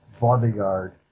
bodyguard